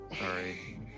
Sorry